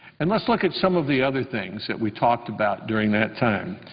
and let's look at some of the other things that we talked about during that time.